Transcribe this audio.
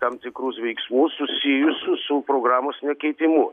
tam tikrus veiksmus susijusius su programos nekeitimu